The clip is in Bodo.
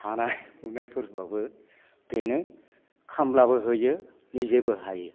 हानाय हुनायफोरबाबो बेनो खामलाबो होयो निजेबो हायो